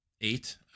eight